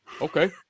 Okay